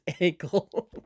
ankle